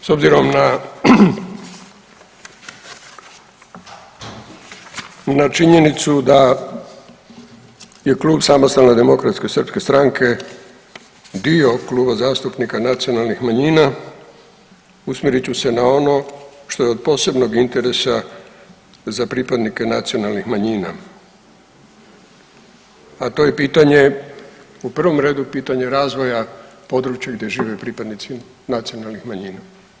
No, s obzirom na činjenicu da klub Samostalne demokratske srpske stranke dio Kluba zastupnika Nacionalnih manjina usmjerit ću se na ono što je od posebnog interesa za pripadnike nacionalnih manjina, a to je pitanje u prvom redu pitanje razvoja područja gdje žive pripadnici nacionalnih manjina.